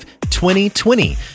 2020